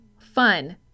fun